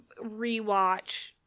rewatch